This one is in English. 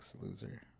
loser